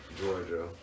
Georgia